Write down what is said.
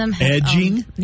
Edging